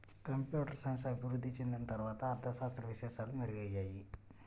computer science అభివృద్ధి చెందిన తర్వాత అర్ధ శాస్త్ర విశేషాలు మెరుగయ్యాయి